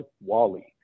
wally